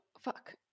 fuck